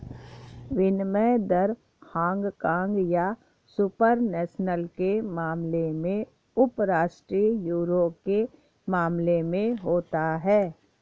विनिमय दर हांगकांग या सुपर नेशनल के मामले में उपराष्ट्रीय यूरो के मामले में होता है